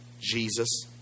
Jesus